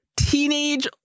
teenage